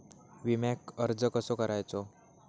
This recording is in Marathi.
विम्याक अर्ज कसो करायचो?